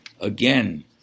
Again